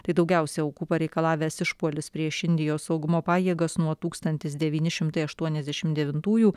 tai daugiausiai aukų pareikalavęs išpuolis prieš indijos saugumo pajėgas nuo tūkstantis devyni šimtai aštuoniasdešimt devintųjų